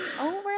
over